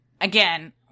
again